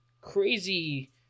crazy